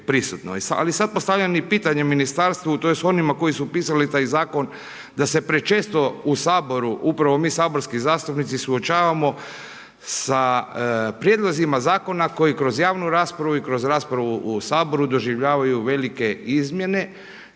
Ali sad postavljam i pitanje ministarstvu, tj. onima koji su pisali taj zakon da se prečesto u Saboru, upravo mi saborski zastupnici suočavamo sa prijedlozima zakona koji kroz javnu raspravu i kroz raspravu u Saboru doživljavaju velike izmjene